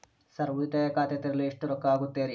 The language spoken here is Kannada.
ಸರ್ ಉಳಿತಾಯ ಖಾತೆ ತೆರೆಯಲು ಎಷ್ಟು ರೊಕ್ಕಾ ಆಗುತ್ತೇರಿ?